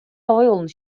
havayolu